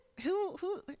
Who—who